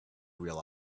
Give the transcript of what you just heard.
real